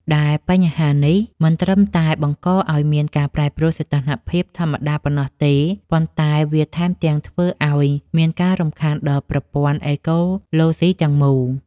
ដែលបញ្ហានេះមិនត្រឹមតែបង្កឱ្យមានការប្រែប្រួលសីតុណ្ហភាពធម្មតាប៉ុណ្ណោះទេ ប៉ុន្តែវាថែមទាំងធ្វើឱ្យមានការរំខានដល់ប្រព័ន្ធអេកូឡូស៊ីទាំងមូល។